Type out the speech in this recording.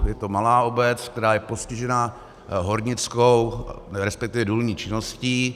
Je to malá obec, která je postižena hornickou, respektive důlní činností.